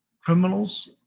criminals